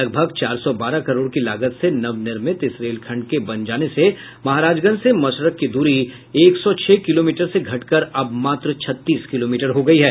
लगभग चार सौ बारह करोड़ की लागत से नवनिर्मित इस रेलखंड के बन जाने से महाराजगंज से मसरख की दूरी एक सौ छह किलोमीटर से घट कर अब मात्र छत्तीस किलोमीटर हो गयी है